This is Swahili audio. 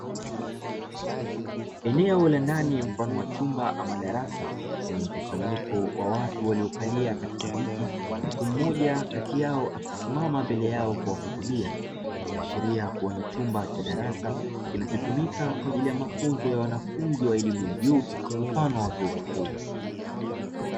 Eneo la ndani mfano wa chumba ama darasa, lenye mkusanyiko wa watu waliokalia katika viti, huku mmoja kati yao akisimama mbele yao kuwahutubia, ikiashiria kuwa ni chumba cha darasa kinachotumika kwa ajili ya mafunzo ya wanafunzi wa elimu ya juu mfano wa vyuo vikuu.